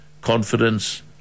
confidence